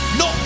no